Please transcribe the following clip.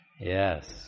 Yes